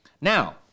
Now